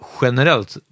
generellt